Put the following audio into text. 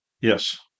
Yes